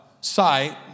Sight